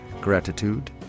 gratitude